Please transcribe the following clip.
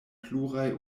pluraj